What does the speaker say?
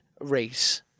race